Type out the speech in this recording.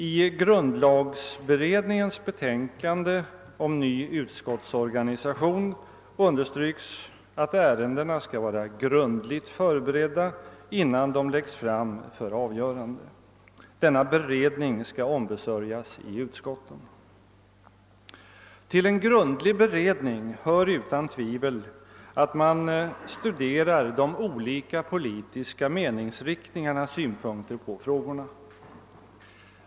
I grundlagberedningens betänkande om ny utskottsorganisation understryks att ärendena skall vära grundligt förberedda, innan de läggs fram för avgörande. Denna be Till en grundlig beredning hör utan tvivel att man studerar de olika politiska meningsriktningarnas synpunkter på frågorna.